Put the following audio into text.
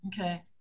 Okay